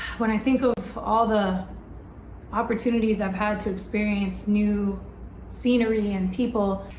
when i think of all the opportunities i've had to experience new scenery and people,